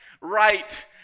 right